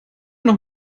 noch